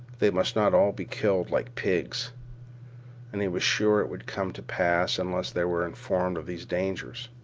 they must not all be killed like pigs and he was sure it would come to pass unless they were informed of these dangers.